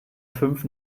fünf